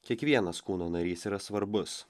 kiekvienas kūno narys yra svarbus